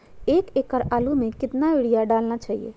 एक एकड़ आलु में कितना युरिया डालना चाहिए?